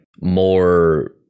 more